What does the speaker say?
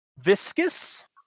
viscous